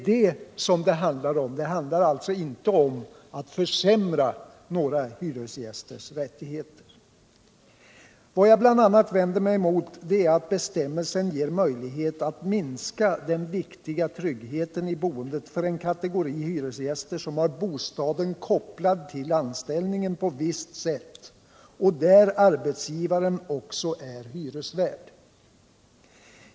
Det handlar alltså inte om att försämra några hyresgästers rättigheter. Vad jag bl.a. vänder mig emot är att bestämmelsen ger möjlighet att minska den viktiga tryggheten i boendet för en kategori hyresgäster som har bostaden kopplad till anställningen på visst sätt och där arbetsgivaren också är hyresvärd.